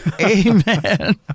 Amen